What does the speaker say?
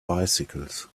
bicycles